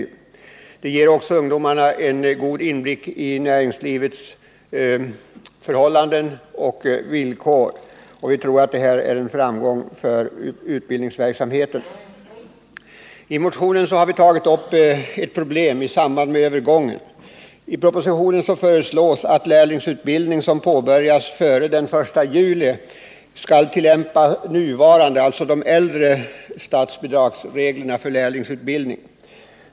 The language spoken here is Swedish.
Lärlingsutbildningen ger också ungdomarna en god inblick i näringslivets förhållanden och villkor. Vi tror att det beslut som nu skall fattas är en framgång för utbildningsverksamheten. I vår motion har vi tagit upp ett problem i samband med övergången. I propositionen föreslås att lärlingsutbildning som påbörjas före den 1 juli skall ske enligt nu gällande statsbidragsregler för lärlingsutbildning.